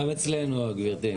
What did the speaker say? גם אצלנו גברתי.